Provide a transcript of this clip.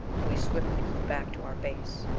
we swiftly flew back to our base.